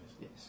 Yes